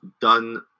done